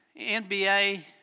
NBA